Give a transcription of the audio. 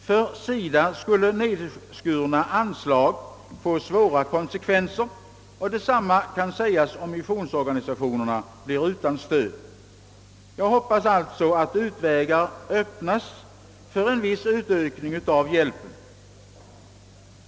För SIDA skulle nedskurna anslag få svåra konsekvenser, och detsamma kan sägas, om missionsorganisationerna blir utan stöd. Jag hoppas alltså att utvägar öppnas för en viss utökning av hjälpen.